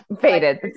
faded